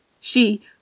She